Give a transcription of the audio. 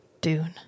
Dune